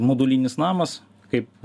modulinis namas kaip